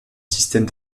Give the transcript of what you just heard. système